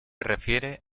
refiere